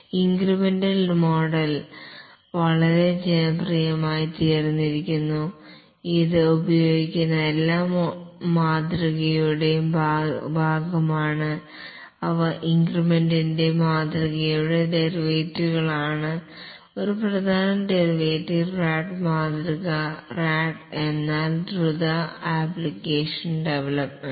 incremental model വളരെ ജനപ്രിയമായിത്തീർന്നിരിക്കുന്നു ഇത് ഉപയോഗിക്കുന്ന എല്ലാ മാതൃകയുടെയും ഭാഗമാണ് അവ ഇൻക്രിമെൻറ് മാതൃകയുടെ ഡെറിവേറ്റീവുകളാണ് ഒരു പ്രധാന ഡെറിവേറ്റീവ് RAD മാതൃക RAD എന്നാൽ റാപിഡ് ആപ്ലിക്കേഷൻ ഡെവലപ്മെൻറ്